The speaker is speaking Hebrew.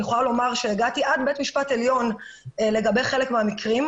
אני יכולה לומר שהגעתי עד בית המשפט העליון לגבי חלק מהמקרים.